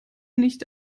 nicht